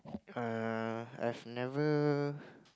err I've never